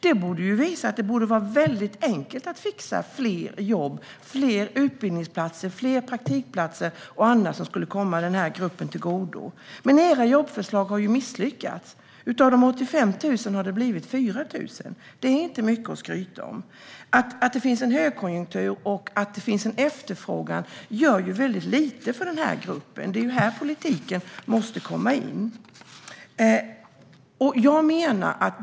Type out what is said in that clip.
Då borde det vara enkelt att fixa fler jobb, fler utbildningsplatser, fler praktikplatser och annat som skulle komma denna grupp till godo. Men era jobbförslag har misslyckats. Av de 85 000 har det blivit 4 000. Det är inte mycket att skryta med. Att det finns en högkonjunktur och en efterfrågan gör väldigt lite för denna grupp, så det är här politiken måste komma in.